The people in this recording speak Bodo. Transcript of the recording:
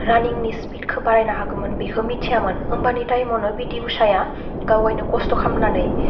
रानिंनि स्पिदखौ बारायनो हागौमोन बेखौ मिथियामोन होम्बानि थाइमावनो पिटि उसाया गावनो खस्थ' खालामनानै